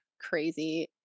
crazy